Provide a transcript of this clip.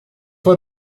vor